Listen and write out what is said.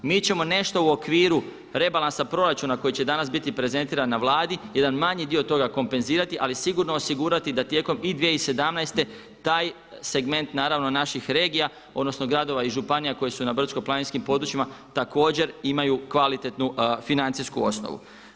Mi ćemo nešto u okviru rebalansa proračuna koji će danas biti prezentiran na Vladi, jedan manji dio toga kompenzirati ali sigurno osigurati da tijekom i 2017. taj segment, naravno naših regija, odnosno gradova i županija koji su na brdsko- planinskim područjima također imaju kvalitetnu financijsku osnovu.